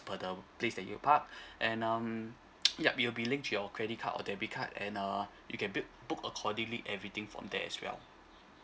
per the place that you park and um yup it'll be linked to your credit card or debit card and uh you can bui~ book accordingly everything from there as well